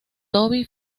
toby